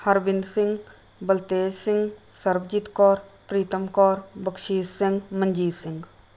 Harvind Singh Baltej Singh Sarabjit Kaur Pritam Kaur Bakhshish Singh Manjit Singh